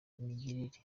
migirire